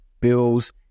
bills